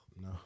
No